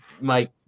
Mike